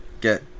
get